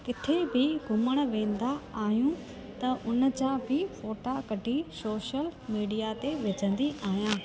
किथे बि घुमणु वेंदा आहियूं त उन जा बि फ़ोटा कढी सोशल मीडिया ते विझंदी आहियां